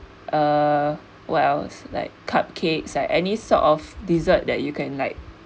uh what else like cupcakes at any sort of dessert that you can like